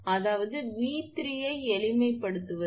அதாவது 𝑉3 ஐ எளிமைப்படுத்துவது 1